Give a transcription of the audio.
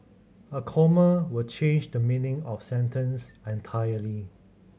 a comma will change the meaning of sentence entirely